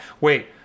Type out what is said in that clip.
Wait